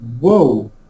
whoa